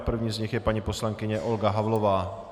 První z nich je paní poslankyně Olga Havlová.